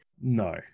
no